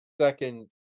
second